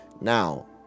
Now